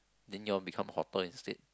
then you all become hotter instead